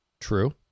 True